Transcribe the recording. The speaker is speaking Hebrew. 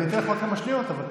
אני אתן לך עוד כמה שניות, אבל,